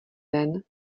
ven